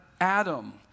Adam